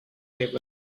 table